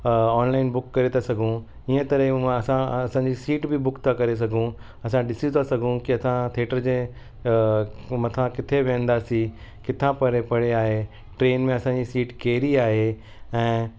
online book करे था सघूं इअं करे हूअं असां असांजी सीट बि बुक था करे सघूं असां ॾिसी था सघूं की असां थिएटर जे मथां किथे विहंदासीं किथां परे परे आहे ट्रेन में असांजी सीट कहिड़ी आहे ऐं